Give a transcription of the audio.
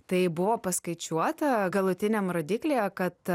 tai buvo paskaičiuota galutiniam rodiklyje kad